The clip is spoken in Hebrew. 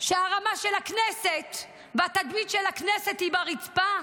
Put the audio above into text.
שהרמה של הכנסת והתדמית של הכנסת היא ברצפה,